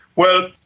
well,